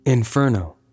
Inferno